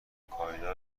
کایلا